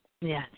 Yes